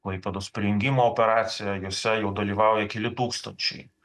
klaipėdos prijungimo operacija juose jau dalyvauja keli tūkstančiai